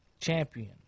champion